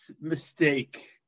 mistake